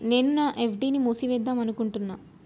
నేను నా ఎఫ్.డి ని మూసివేద్దాంనుకుంటున్న